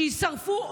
שיישרפו.